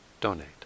donate